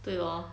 对 lor